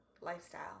lifestyle